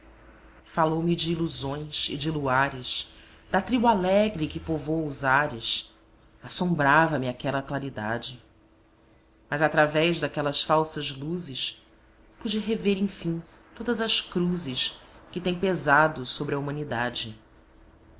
falou-me de ilusões e de luares da tribo alegre que povoa os ares assombrava me aquela claridade mas através daquelas falsas luzes pude rever enfim todas as cruzes que têm pesado sobre a humanidade